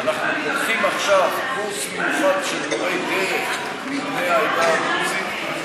אנחנו פותחים עכשיו קורס מיוחד של מורי דרך מבני העדה הדרוזית,